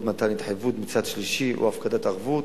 מתן התחייבות מצד שלישי או הפקדת ערבות,